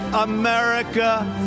America